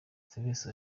service